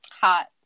hot